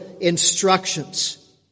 instructions